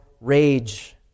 rage